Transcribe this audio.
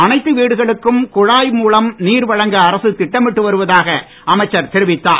அனைத்து வீடுகளுக்கும் குழாய் மூலம் நீர் வழங்க அரசு திட்டமிட்டு வருவதாக அமைச்சர் தெரிவித்தார்